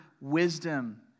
wisdom